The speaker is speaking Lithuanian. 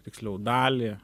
tiksliau dalį